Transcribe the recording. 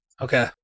Okay